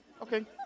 Okay